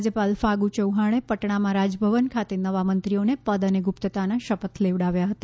રાજ્યપાલ ફાગુ ચૌહાણે પટણામાં રાજભવન ખાતે નવા મંત્રીઓને પદ અને ગુપ્તતાના શપથ લેવડાવ્યા હતા